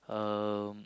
um